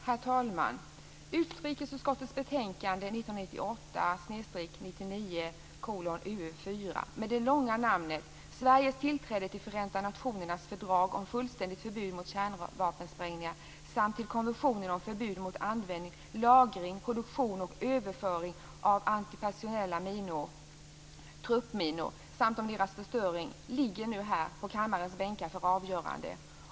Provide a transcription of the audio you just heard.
Herr talman! Utrikesutskottets betänkande samt om deras förstöring ligger nu på kammarens bänkar för avgörande.